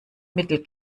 mittel